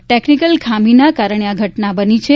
technical ખામીને કારણે આ ઘટના બની છે